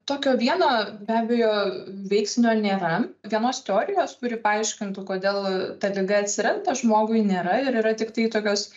tokio vieno be abejo veiksnio nėra vienos teorijos kuri paaiškintų kodėl ta liga atsiranda žmogui nėra ir yra tiktai tokios